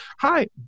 Hi